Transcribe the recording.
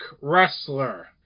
wrestler